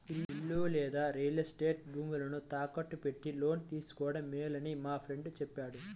ఇల్లు లేదా real estate భూములను తాకట్టు పెట్టి లోను తీసుకోడం మేలని మా ఫ్రెండు చెప్పాడు